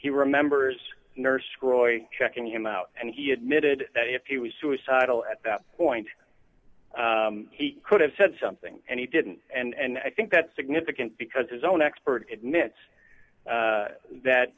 he remembers nurse croy checking him out and he admitted that if he was suicidal at that point he could have said something and he didn't and i think that's significant because his own expert admits that